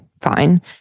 Fine